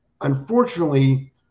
unfortunately